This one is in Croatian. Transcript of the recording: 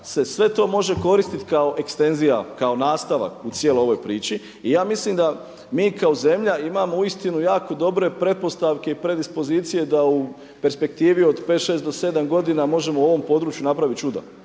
sve to može koristiti kao ekstenzija kao nastavak u cijeloj ovoj priči. I ja mislim da mi kao zemlja imamo uistinu jako dobre pretpostavke i predispozicije da u perspektivi od pet, šest do sedam godina možemo u ovom području napraviti čuda,